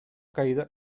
caída